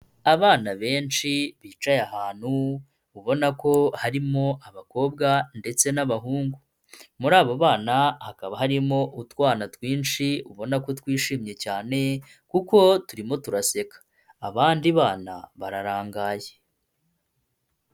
Abana benshi bicaye ahantu ubona ko harimo abakobwa ndetse n'abahungu, muri abo bana hakaba harimo utwana twinshi ubona ko twishimye cyane, kuko turimo turaseka, abandi bana bararangaye.